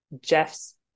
jeff's